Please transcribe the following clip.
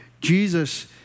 Jesus